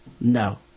No